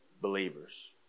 believers